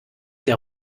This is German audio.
der